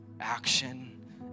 action